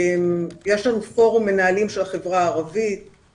יש לנו פורום מנהלים של החברה הערבית,